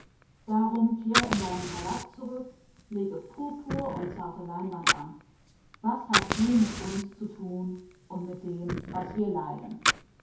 kehre um in deinen palast und lege deinen purpur an und dein feines leinen was hast du mit uns zu tun und mit dem was wir dulden